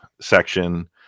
section